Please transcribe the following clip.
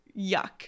yuck